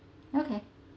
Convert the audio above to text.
okay